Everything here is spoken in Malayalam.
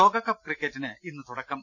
ലോകകപ്പ് ക്രിക്കറ്റിന് ഇന്ന് തുടക്കം